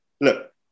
look